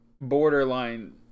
borderline